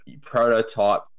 prototype